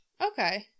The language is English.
Okay